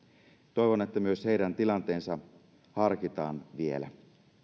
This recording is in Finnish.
toivon että myös heidän tilanteensa harkitaan vielä